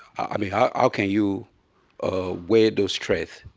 i mean how can you weigh those traits?